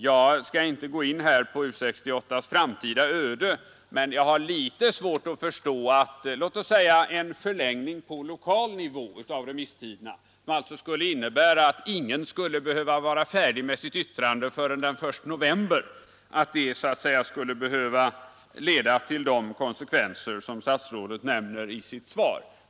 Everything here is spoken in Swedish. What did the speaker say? Jag skall inte gå in på U 68:s framtida öde, men jag har litet svårt att förstå att en förlängning av remisstiderna på lokal nivå, som skulle innebära att ingen behövde vara färdig med sitt yttrande förrän den 1 november, skulle behöva leda till de konsekvenser som statsrådet nämner i sitt svar.